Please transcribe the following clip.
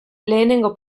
lehenengo